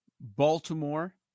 Baltimore